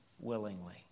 willingly